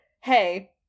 hey